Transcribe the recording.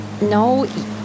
no